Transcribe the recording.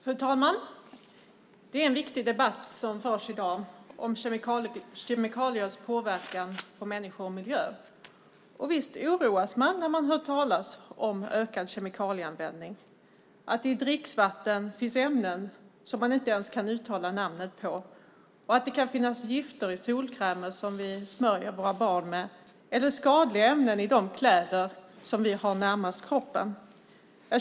Fru talman! Det är en viktig debatt som förs i dag om kemikaliers påverkan på människor och miljö. Visst oroas man när man hör talas om ökad kemikalieanvändning, att det i dricksvatten finns ämnen som man inte ens kan uttala namnen på, att det kan finnas gifter i de solkrämer vi smörjer våra barn med och skadliga ämnen i de kläder vi har närmast kroppen.